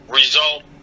result